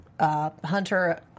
hunter